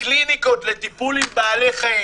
בקליניקות לטיפול עם בעלי חיים.